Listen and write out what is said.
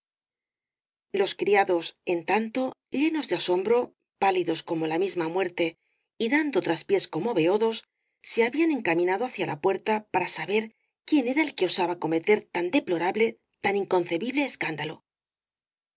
los criados en tanto llenos de asombro pálidos como la misma muerte y dando traspiés como beodos se habían encaminado hacia la puerta para saber quién era el que osaba cometer tan deplorable tan inconcebible escándalo